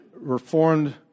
reformed